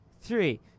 Three